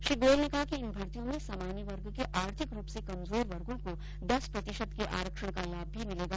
श्री गोयल ने कहा कि इन भर्तियों में सामान्य वर्ग के आर्थिक रूप से कमजोर वर्गो को दस प्रतिशत के आरक्षण का लाभ मिलेगा